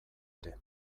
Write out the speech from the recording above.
ere